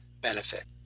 benefit